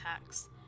attacks